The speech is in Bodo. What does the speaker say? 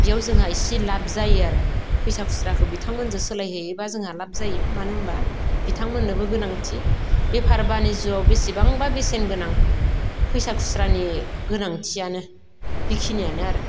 बियाव जोंहा इसे लाब जायो आरो फैसा खुस्राखौ बिथांमोनजो सोलायहैयोब्ला जोंहा लाब जायो मानो होमब्ला बिथांमोननोबो गोनांथि बेफारबानि जिउआव बेसेबांबा बेसेन गोनां फैसा खुस्रानि गोनांथियानो बेखिनियानो आरो